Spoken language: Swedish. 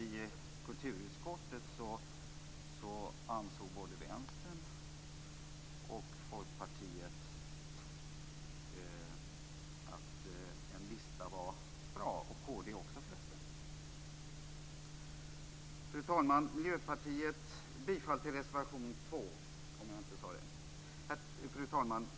I kulturutskottet ansåg både Vänstern och Folkpartiet att en lista var bra. Det gjorde förresten även kd. Fru talman! Jag yrkar bifall till reservation 2. Fru talman!